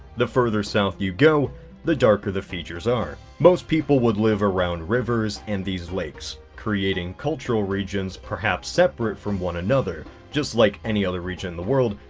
the further south you go the darker the features are. most people would live around rivers and these lakes creating cultural regions perhaps separate from one another just like any other region in the world,